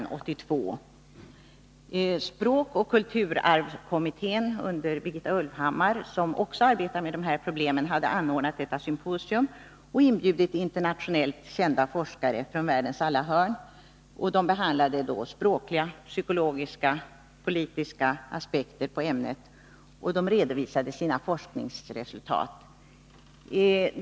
Språkoch kulturarvskommittén under Birgitta Ulvhammars ledning, som också arbetar med dessa problem, hade anordnat detta symposium och inbjudit internationellt kända forskare från världens alla hörn. De behandlade då språkliga, psykologiska och politiska aspekter på ämnet och redovisade sina forskningsresultat.